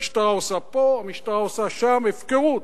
המשטרה עושה פה, המשטרה עושה שם, הפקרות,